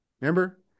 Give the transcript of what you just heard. Remember